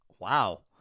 Wow